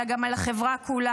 אלא גם על החברה כולה.